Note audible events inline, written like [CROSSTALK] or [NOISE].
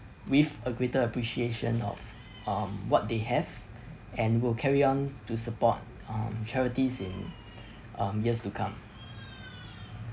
with a greater appreciation of um what they have and will carry on to support um charities in [BREATH] um years to come